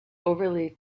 overtly